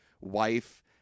wife